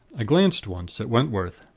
i glanced once at wentworth.